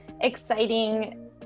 exciting